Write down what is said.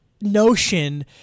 notion